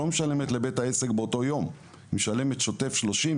BuyMe לא משלמת לבית העסק באותו יום; היא משלמת שוטף 30,